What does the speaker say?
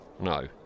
No